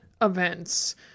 events